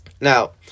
Now